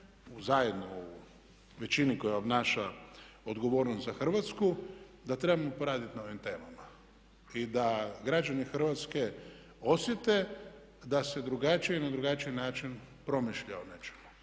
zajedno u većini koja obnaša odgovornost za Hrvatsku, da trebamo poraditi na ovim temama i da građani Hrvatske osjete da se drugačije, na drugačiji način promišlja o nečemu,